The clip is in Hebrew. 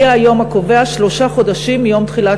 יהיה היום הקובע שלושה חודשים מיום תחילת